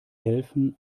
helfen